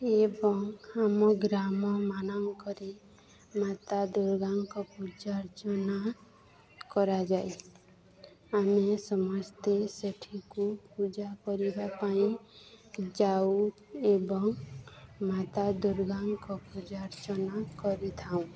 ଏବଂ ଆମ ଗ୍ରାମମାନଙ୍କରେ ମାତା ଦୂର୍ଗାଙ୍କ ପୂଜ ଅର୍ଚ୍ଚନା କରାଯାଏ ଆମେ ସମସ୍ତେ ସେଠିକୁ ପୂଜା କରିବା ପାଇଁ ଯାଉ ଏବଂ ମାତା ଦୂର୍ଗାଙ୍କ ପୂଜା ଅର୍ଚ୍ଚନା କରିଥାଉ